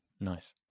nice